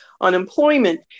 unemployment